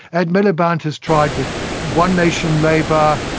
ed miliband has tried with one nation labour,